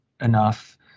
enough